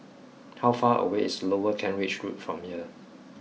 how far away is Lower Kent Ridge Road from here